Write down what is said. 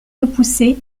repoussée